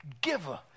giver